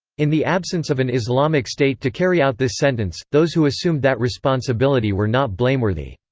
in the absence of an islamic state to carry out this sentence, those who assumed that responsibility were not blameworthy.